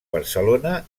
barcelona